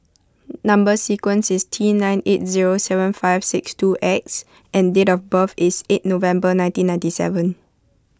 Number Sequence is T nine eight zero seven five six two X and date of birth is eight November nineteen ninety seven